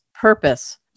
Purpose